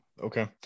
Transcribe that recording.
Okay